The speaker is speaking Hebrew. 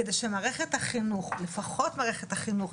כדי שמערכת החינוך לפחות מערכת החינוך,